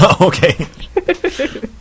Okay